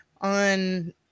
on